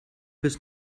bis